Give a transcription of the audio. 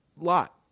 lot